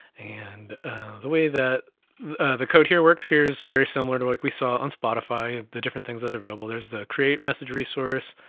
and the way that the code here works here is very similar to like we saw on spotify, the different things that are available. there's the create message resource,